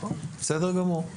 בסדר גמור.